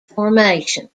formation